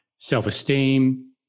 self-esteem